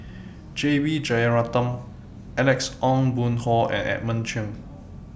J B Jeyaretnam Alex Ong Boon Hau and Edmund Cheng